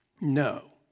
No